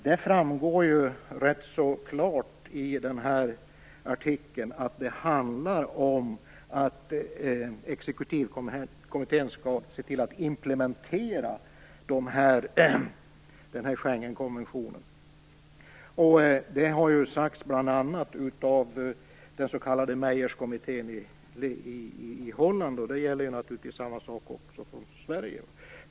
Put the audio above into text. Det framgår rätt klart i den här artikeln att det handlar om att exekutivkommittén skall se till att implementera Schengenkonventionen och, det har sagts bl.a. av den s.k. Meijerskommittén i Holland, samma sak gäller naturligtvis i Sverige.